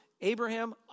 Abraham